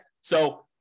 So-